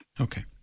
Okay